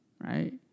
Right